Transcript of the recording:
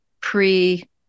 pre